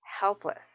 helpless